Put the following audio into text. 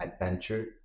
adventure